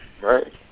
Right